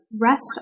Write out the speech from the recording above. rest